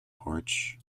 porch